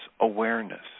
awareness